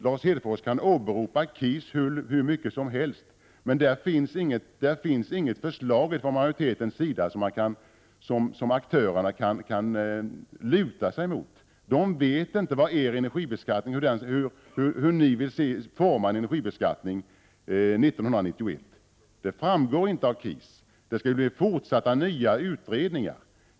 Lars Hedfors kan åberopa KIS hur mycket som helst, men det finns inget förslag från majoriteten i utredningen som aktörerna kan luta sig mot. Dessa vet inte hur ni vill utforma energibeskattningen år 1991. Det framgår inte av KIS. Det skall bli fortsatta, nya utredningar.